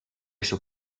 sus